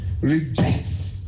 rejects